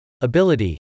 ability